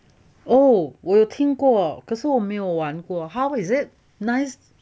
oh 我有听过可是我没有玩过 how is it nice